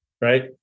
right